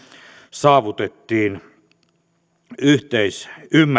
saavutettiin yhteisymmärrys